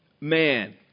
man